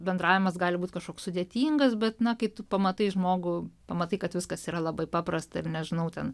bendravimas gali būt kažkoks sudėtingas bet kai tu pamatai žmogų pamatai kad viskas yra labai paprasta ir nežinau ten